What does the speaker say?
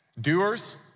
Doers